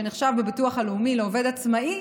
מי שנחשב בביטוח הלאומי לעובד עצמאי